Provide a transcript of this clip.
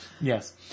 Yes